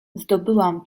zdobyłam